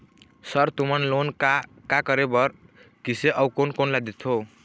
Sir तुमन loan का का करें बर, किसे अउ कोन कोन ला देथों?